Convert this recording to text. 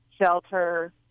shelter